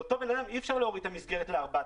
לאותו בן אדם אי אפשר להוריד את המסגרת ל-4,000